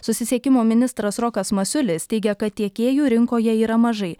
susisiekimo ministras rokas masiulis teigia kad tiekėjų rinkoje yra mažai